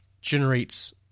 generates